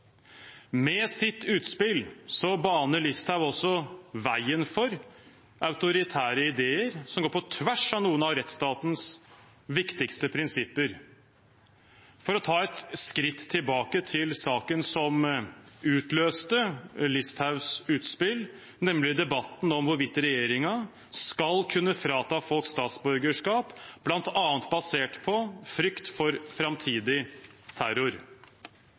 Med sitt utspill baner Listhaug også veien for autoritære ideer som går på tvers av noen av rettsstatens viktigste prinsipper. For å ta et skritt tilbake til saken som utløste Listhaugs utspill, nemlig debatten om hvorvidt regjeringen skal kunne frata folk statsborgerskap bl.a. basert på frykt for framtidig terror: